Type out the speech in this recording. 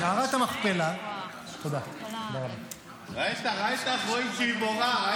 מערת המכפלה --- ראית איך רואים שהיא מורה?